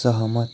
सहमत